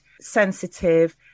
sensitive